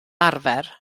arfer